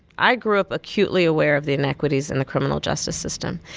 i grew up acutely aware of the inequities in the criminal justice system.